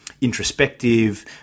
introspective